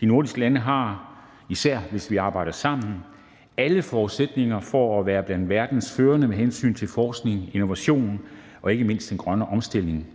De nordiske lande har, især hvis vi arbejder sammen, alle forudsætninger for at være blandt verdens førende med hensyn til forskning, innovation og ikke mindst den grønne omstilling.